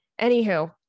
Anywho